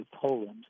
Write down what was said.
Poland